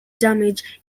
damage